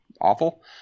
awful